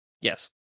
Yes